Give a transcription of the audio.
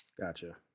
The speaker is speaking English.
gotcha